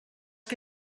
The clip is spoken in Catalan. que